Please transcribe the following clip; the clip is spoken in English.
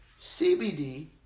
CBD